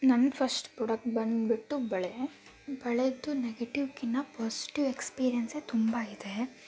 ನನ್ನ first product ಬಂದುಬಿಟ್ಟು ಬಳೆ ಬಳೆಯದ್ದು ನೆಗಿಟಿವ್ಕಿಂತ ಪೊಸ್ಟಿವ್ ಎಕ್ಸ್ಪೀರಿಯೆನ್ಸೇ ತುಂಬ ಇದೆ